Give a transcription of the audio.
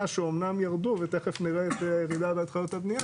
שאומנם ירדו ותכף נראה את הירידה בהתחלות הבנייה,